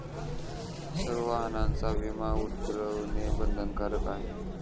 सर्व वाहनांचा विमा उतरवणे बंधनकारक आहे